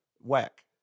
Whack